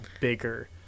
bigger